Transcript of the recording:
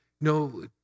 no